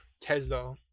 Tesla